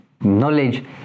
knowledge